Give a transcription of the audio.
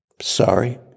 sorry